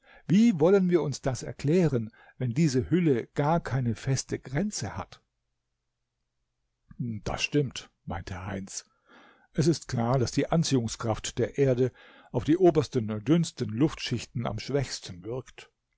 wie wollen wir uns das erklären wenn diese hülle gar keine feste grenze hat das stimmt meinte heinz es ist klar daß die anziehungskraft der erde auf die obersten dünnsten luftschichten am schwächsten wirkt